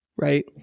Right